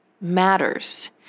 matters